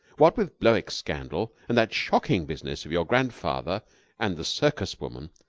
what with blowick's scandal, and that shocking business of your grandfather and the circus-woman,